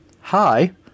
Hi